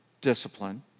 discipline